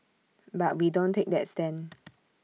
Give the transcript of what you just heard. but we don't take that stand